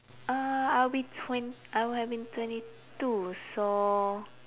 uh I'll be twen~ I would have been twenty two so